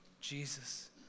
Jesus